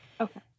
okay